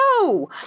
no